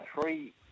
three